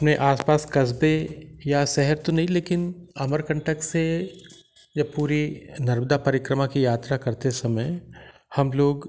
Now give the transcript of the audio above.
अपने आसपास कस्बे या शहर तो नहीं लेकिन अमरकंटक से या पूरी नर्मदा परिक्रमा की यात्रा करते समय हम लोग